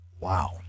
Wow